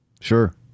Sure